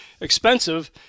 expensive